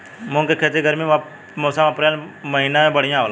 मुंग के खेती गर्मी के मौसम अप्रैल महीना में बढ़ियां होला?